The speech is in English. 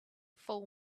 full